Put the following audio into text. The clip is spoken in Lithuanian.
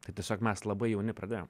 tai tiesiog mes labai jauni pradėjom